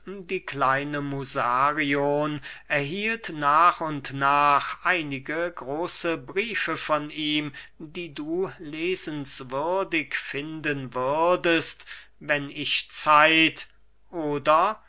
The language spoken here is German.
die kleine musarion erhielt nach und nach einige große briefe von ihm die du lesenswürdig finden würdest wenn ich zeit oder